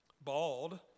Bald